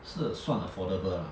是算 affordable lah